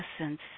essence